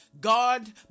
God